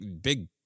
big